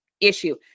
issue